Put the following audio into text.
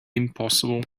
impossible